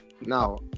Now